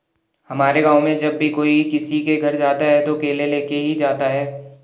हमारे गाँव में जब भी कोई किसी के घर जाता है तो केले लेके ही जाता है